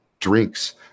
drinks